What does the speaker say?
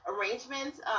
arrangements